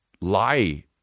lie